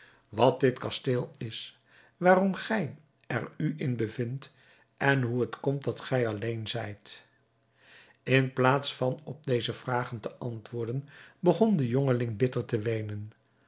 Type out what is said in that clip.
wat dit kasteel is waarom gij er u in bevindt en hoe het komt dat gij alleen zijt in plaats van op deze vragen te antwoorden begon de jongeling bitter te weenen